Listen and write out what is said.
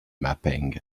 mapping